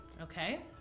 Okay